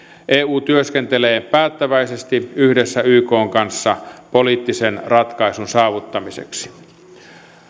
eu työskentelee päättäväisesti yhdessä ykn kanssa poliittisen ratkaisun saavuttamiseksi